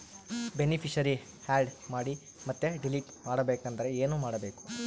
Beneficiary, add ಮಾಡಿ ಮತ್ತೆ delete ಮಾಡಬೇಕೆಂದರೆ ಏನ್ ಮಾಡಬೇಕು?